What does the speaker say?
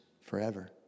forever